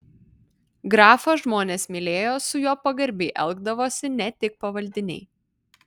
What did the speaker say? grafą žmonės mylėjo su juo pagarbiai elgdavosi ne tik pavaldiniai